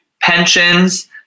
pensions